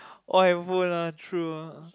all handphone ah true ah